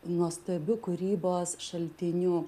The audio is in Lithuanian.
nuostabiu kūrybos šaltiniu